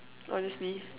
honestly